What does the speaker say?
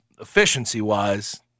efficiency-wise